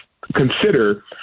consider